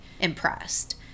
impressed